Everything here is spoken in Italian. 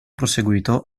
proseguito